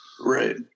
Right